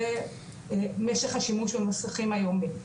זה משך השימוש במסכים היומי.